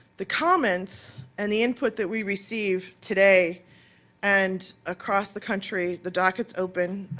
the comments and the input that we receive today and across the country, the dockets open,